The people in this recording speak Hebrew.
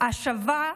אשַוַע